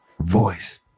voice